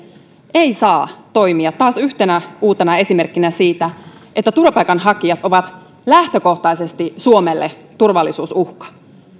ei saa toimia taas yhtenä uutena esimerkkinä siitä että turvapaikanhakijat ovat lähtökohtaisesti suomelle turvallisuusuhka